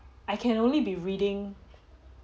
I can only be reading